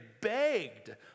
begged